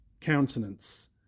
countenance